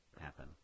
happen